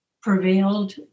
prevailed